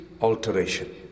alteration